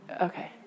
Okay